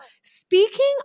speaking